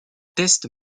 test